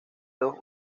dos